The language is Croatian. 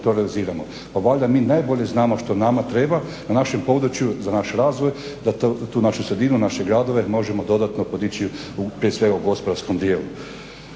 to realiziramo. Pa valjda mi najbolje znamo što nama treba na našem području za naš razvoj, da tu našu sredinu, naše gradove možemo dodatno podići prije svega u gospodarskom dijelu.